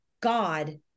God